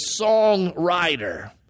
songwriter